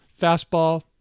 Fastball